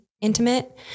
intimate